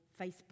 Facebook